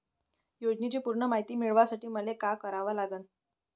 योजनेची पूर्ण मायती मिळवासाठी मले का करावं लागन?